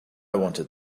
wanted